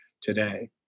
today